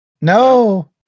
No